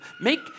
Make